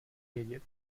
vědět